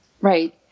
Right